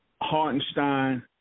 Hartenstein